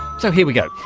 so here we go.